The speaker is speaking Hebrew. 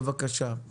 בבקשה.